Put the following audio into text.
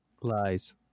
Lies